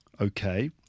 Okay